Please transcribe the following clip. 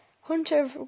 Hunter